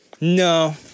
No